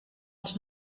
els